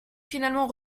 finalement